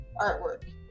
artwork